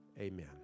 amen